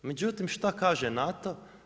Međutim što kaže NATO?